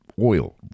oil